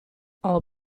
all